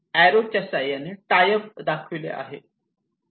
arrow च्या साह्याने tie up दाखविले आहे